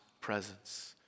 presence